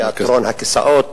תיאטרון הכיסאות,